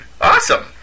Awesome